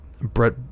brett